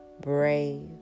brave